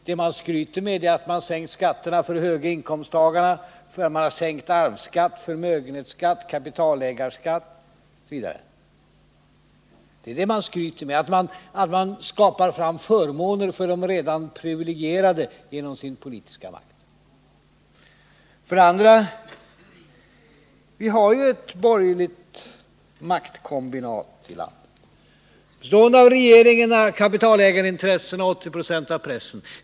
Vad man skryter med är att man har sänkt skatterna för de högre inkomsttagarna — att man har sänkt arvsskatten, förmögenhetsskatten, kapitalägarskatten osv. Man skryter med att man med hjälp av sin politiska makt skapar förmåner för de redan privilegierade. I det här landet har vi ju ett borgerligt maktkombinat, bestående av regering, kapitalägarintressen och 80 76 av pressen.